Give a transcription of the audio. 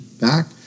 back